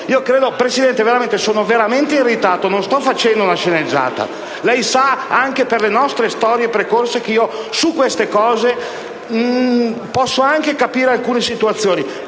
Parlamento? Presidente, sono veramente irritato, non sto facendo una sceneggiata. Lei sa, anche per le nostre storie precorse, che posso anche capire alcune situazioni,